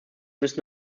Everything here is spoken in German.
müssen